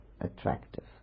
attractive